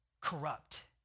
corrupt